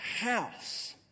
house